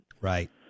Right